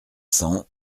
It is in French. cents